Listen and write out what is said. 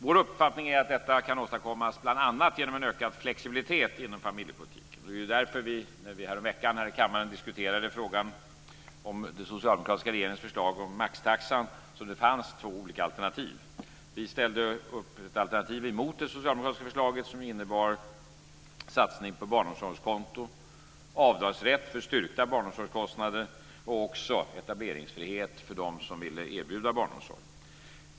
Vår uppfattning är att detta kan åstadkommas genom bl.a. en öka flexibilitet inom familjepolitiken. Det är ju därför som - när vi häromveckan diskuterade regeringens förslag om maxtaxan - det fanns två olika alternativ. Vi hade ett motförslag som innebar satsning på barnomsorgskonto, avdragsrätt för styrkta barnomsorgskostnader och etableringsfrihet för dem som vill erbjuda barnomsorg.